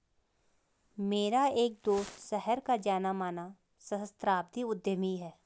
मेरा एक दोस्त शहर का जाना माना सहस्त्राब्दी उद्यमी है